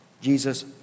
Jesus